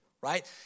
right